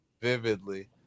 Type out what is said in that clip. vividly